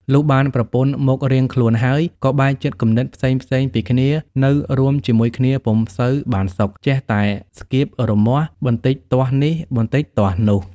លុះបានប្រពន្ធមករៀងខ្លួនហើយ ក៏បែកចិត្តគំនិតផ្សេងៗពីគ្នានៅរួមជាមួយគ្នាពុំសូវបានសុខ ចេះតែស្កៀបរមាស់ បន្តិចទាស់នេះ បន្តិចទាស់នោះ។